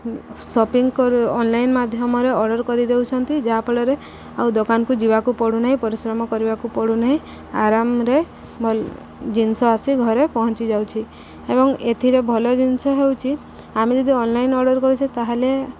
shopping କର online ମାଧ୍ୟମରେ order କରିଦେଉଛନ୍ତି ଯାହାଫଳରେ ଆଉ ଦୋକାନକୁ ଯିବାକୁ ପଡ଼ୁନାହିଁ ପରିଶ୍ରମ କରିବାକୁ ପଡ଼ୁନାହିଁ ଆରାମରେ ଭଲ ଜିନିଷ ଆସି ଘରେ ପହଞ୍ଚି ଯାଉଛି ଏବଂ ଏଥିରେ ଭଲ ଜିନିଷ ହେଉଛି ଆମେ ଯଦି ଅନ୍ଲାଇନ୍ ଅର୍ଡ଼ର୍ କରୁଛେ ତା'ହେଲେ